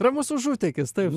ramus užutėkis taip